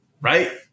Right